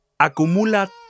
acumula